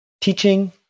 teaching